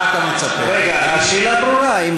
השאלה ברורה.